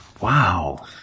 Wow